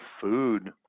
food